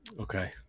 Okay